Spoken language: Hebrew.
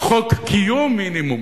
חוק קיום מינימום.